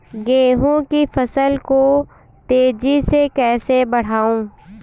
गेहूँ की फसल को तेजी से कैसे बढ़ाऊँ?